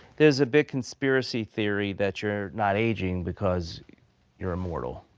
there's a big conspiracy theory that you're not aging because you're immortal.